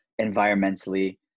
environmentally